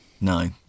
no